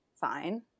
fine